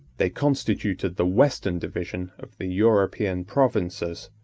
they constituted the western division of the european provinces,